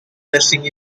dressing